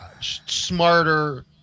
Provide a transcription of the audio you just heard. smarter